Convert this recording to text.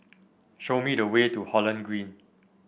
show me the way to Holland Green